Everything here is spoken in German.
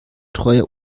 treuer